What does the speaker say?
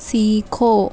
سیکھو